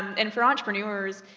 and for entrepreneurs,